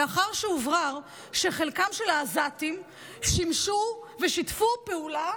לאחר שהתברר שחלק מהעזתים שימשו ושיתפו פעולה